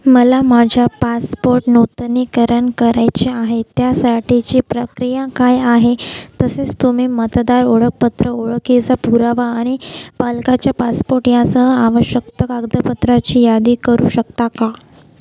मला माझ्या पासपोर्ट नुतनीकरण करायचे आहे त्यासाठीची प्रक्रिया काय आहे तसेच तुम्ही मतदार ओळखपत्र ओळखीचा पुरावा आणि पालकाच्या पासपोर्ट यासह आवश्यकता कागदपत्रांची यादी करू शकता का